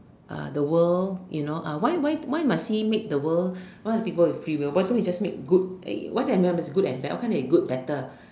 uh the world you know uh why why why must he make the world a lot of people with female why don't he just make good uh why can't good and bad why can't they good better